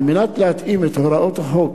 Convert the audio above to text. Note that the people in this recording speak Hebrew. על מנת להתאים את הוראות החוק